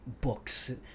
books